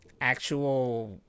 actual